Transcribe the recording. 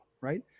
right